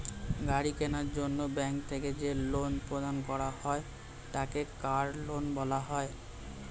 গাড়ি কেনার জন্য ব্যাঙ্ক থেকে যে লোন প্রদান করা হয় তাকে কার লোন বলা হয়